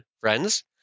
friends